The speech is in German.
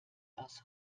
aus